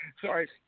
Sorry